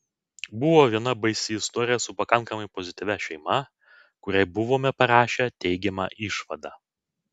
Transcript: buvo viena baisi istorija su pakankamai pozityvia šeima kuriai buvome parašę teigiamą išvadą